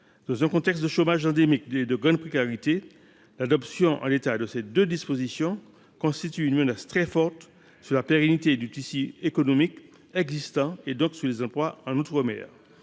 Dans un contexte de chômage endémique et de grande précarité, l’adoption, en l’état, de ces deux dispositions constitue une menace très forte sur la pérennité du tissu économique existant, donc sur les emplois en outre mer.